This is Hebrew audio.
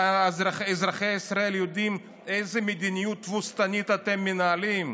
שאזרחי ישראל יודעים איזו מדיניות תבוסתנית אתם מנהלים?